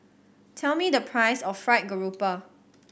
tell me the price of Fried Garoupa